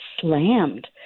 slammed